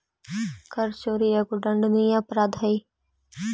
कर चोरी एगो दंडनीय अपराध हई